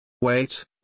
Wait